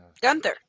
Gunther